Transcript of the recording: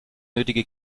nötige